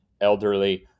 elderly